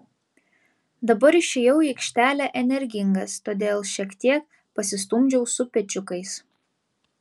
dabar išėjau į aikštelę energingas todėl šiek tiek pasistumdžiau su pečiukais